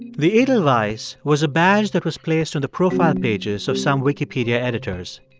the edelweiss was a badge that was placed on the profile pages of some wikipedia editors.